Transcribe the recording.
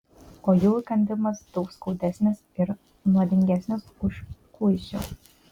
o jų įkandimas daug skaudesnis ir nuodingesnis už kuisių